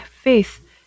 faith